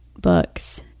books